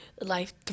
life